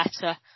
better